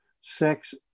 sex